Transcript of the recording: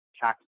tax